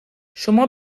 شما